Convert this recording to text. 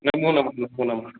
नमो नमः नमो नमः